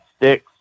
sticks